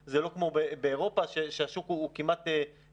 הזכרת שזה לא כמו באירופה ששם השוק הוא כמעט בלתי-מוגבל,